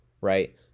right